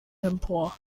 empor